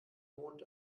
mond